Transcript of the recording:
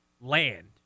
land